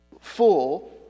full